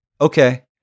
Okay